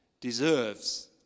deserves